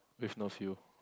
with no fuel